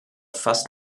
fast